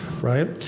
right